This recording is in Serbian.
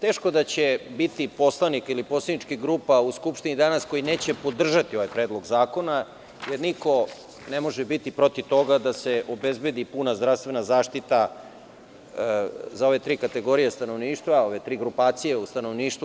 teško da će biti poslanika ili poslaničkih grupa u Skupštini danas, koji neće podržati ovaj predlog zakona, jer niko ne može biti protiv toga da se obezbedi puna zdravstvena zaštita za ove tri kategorije stanovništva, ove tri grupacije u stanovništvu.